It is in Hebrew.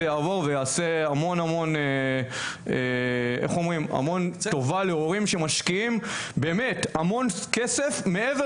יעבור ויעשה המון המון טובה להורים שמשקיעים באמת המון כסף מעבר